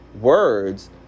words